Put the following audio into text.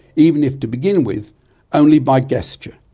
even if to begin with only by gesture.